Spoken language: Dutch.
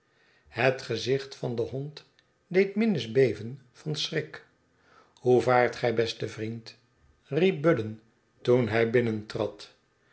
het gezicht van den hond deed minns beven van schrik hoe vaart gij beste vriend riep budden toen hij